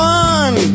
one